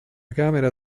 camera